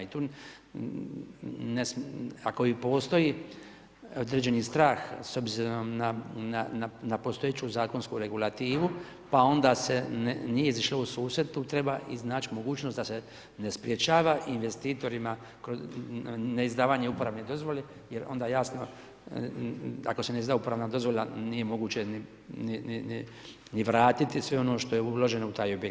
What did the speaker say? I tu ako i postoji određeni strah s obzirom na postojeću zakonsku regulativu, pa onda se nije izišlo u susret tu treba iznaći mogućnost da se ne sprječava investitorima neizdavanje uporabne dozvole jer onda jasno, ako se ne izda uporabna dozvola nije moguće ni vratiti sve ono što je uloženo u taj objekt.